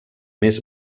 més